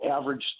average